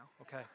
okay